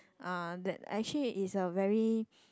ah that actually it's a very